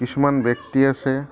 কিছুমান ব্যক্তি আছে